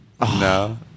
no